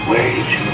Wage